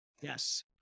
Yes